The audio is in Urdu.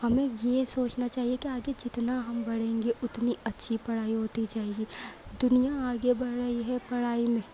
ہمیں یہ سوچنا چاہیے کہ آگے جتنا ہم بڑھیں گے اتنی اچھی پڑھائی ہوتی جائے گی دنیا آگے بڑھ رہی ہے پڑھائی میں